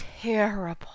terrible